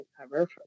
cover